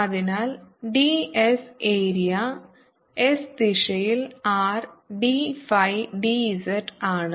അതിനാൽ ds area s ദിശയിൽ R d phi d z ആണ്